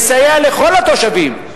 מסייע לכל התושבים.